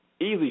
Easy